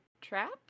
trap